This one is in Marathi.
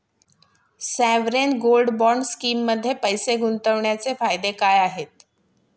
सॉवरेन गोल्ड बॉण्ड स्कीममध्ये पैसे गुंतवण्याचे फायदे काय आहेत?